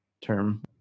term